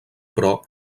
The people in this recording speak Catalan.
però